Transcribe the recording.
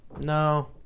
No